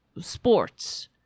sports